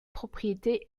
propriétés